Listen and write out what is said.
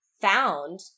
found